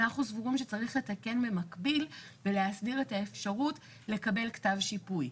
אנחנו סבורים שצריך לתקן במקביל ולהסדיר את האפשרות לקבל כתב שיפוי.